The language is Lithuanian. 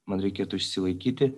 man reikėtų išsilaikyti